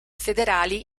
federali